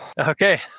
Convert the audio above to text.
Okay